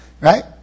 Right